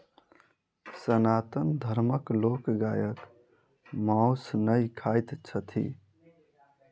सनातन धर्मक लोक गायक मौस नै खाइत छथि